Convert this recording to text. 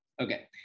Okay